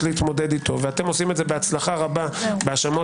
להתמודד איתו ואתם עושים את זה בהצלחה רבה בהאשמות